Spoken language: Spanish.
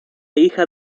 hija